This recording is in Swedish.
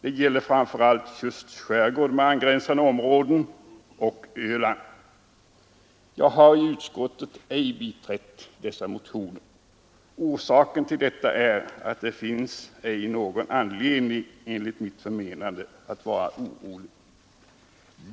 Det gäller framför allt Tjusts s ård med angränsande områden och Öland. Jag har i utskottet ej biträtt dessa motioner. Orsaken är att det enligt min mening inte finns någon anledning att vara orolig.